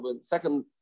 second